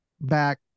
back